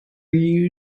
you